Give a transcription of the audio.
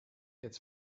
its